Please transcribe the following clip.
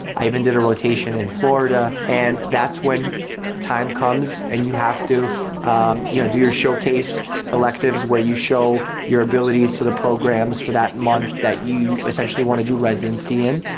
i even did a rotation in florida, and that's when time comes and you have to you know do your showcase electives, where you show your abilities to the programs for that month, that you essentially wanna do residency in,